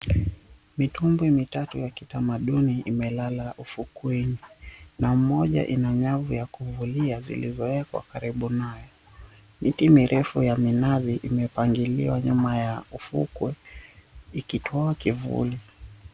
Mitumbwi mitatu ya kitamaduni imelala ufukweni, na mmoja ina nyavu ya kuvulia zilizowekwa karibu nayo. Miti mirefu ya minazi imepangiliwa nyuma ya ufukwe ikitoa kivuli.